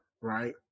right